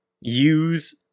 use